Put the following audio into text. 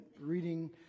reading